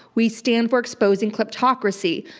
we stand for exposing kleptocracy.